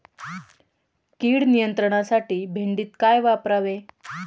कीड नियंत्रणासाठी भेंडीत काय वापरावे?